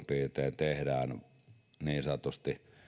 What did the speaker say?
piirtein noin puolet tehdään niin sanotusti